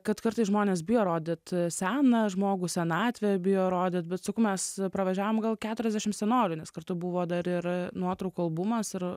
kad kartais žmonės bijo rodyt seną žmogų senatvę bijo rodyti bet sakau mes pravažiavom gal keturiasdešimt senolių nes kartu buvo dar ir nuotraukų albumas ir